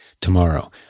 tomorrow